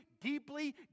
deeply